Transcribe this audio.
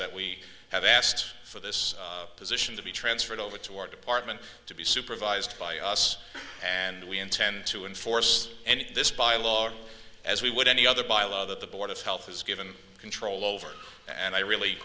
that we have asked for this position to be transferred over to our department to be supervised by us and we intend to enforce and this by law as we would any other by law that the board of health is given control over and i really